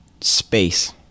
space